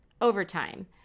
overtime